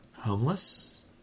homeless